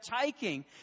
taking